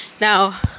Now